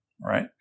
right